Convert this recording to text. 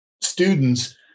students